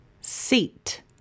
seat